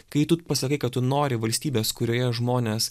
kai tu pasakai kad tu nori valstybės kurioje žmonės